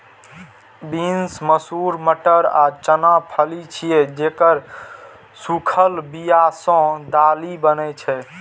beans, मसूर, मटर आ चना फली छियै, जेकर सूखल बिया सं दालि बनै छै